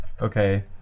Okay